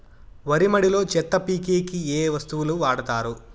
వరి మడిలో చెత్త పీకేకి ఏ వస్తువులు వాడుతారు?